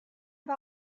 war